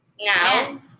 Now